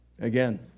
Again